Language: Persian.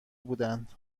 بودند